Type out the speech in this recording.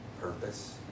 Purpose